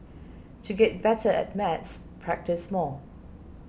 to get better at maths practise more